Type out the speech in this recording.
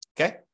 Okay